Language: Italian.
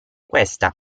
questa